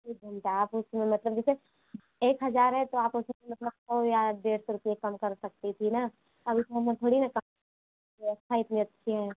एक घंटा आ सकती हैं मतलब जैसे एक हजार है तो आप उसमें सौ या डेढ़ सौ रुपये कम कर सकती थी ना अब इतने में थोड़ी ना कम व्यवस्था इतने अच्छे है